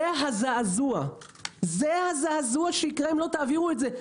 זה הזעזוע שיקרה אם לא תעבירו את זה,